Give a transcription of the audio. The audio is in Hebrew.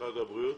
משרד הבריאות,